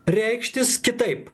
reikštis kitaip